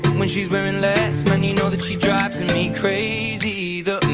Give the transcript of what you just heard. when she's wearin' less man, you know that she drives and me crazy the